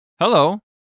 Hello